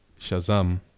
Shazam